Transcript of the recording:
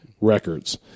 records